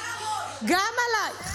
גם עלייך,